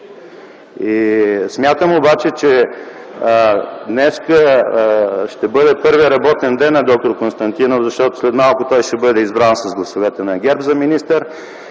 Смятам обаче, че днес ще бъде първият работен ден на д-р Константинов, защото след малко той ще бъде избран с гласовете на ГЕРБ за министър